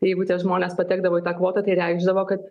jeigu tie žmonės patekdavo į tą kvotą tai reikšdavo kad